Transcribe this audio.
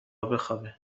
بخوابه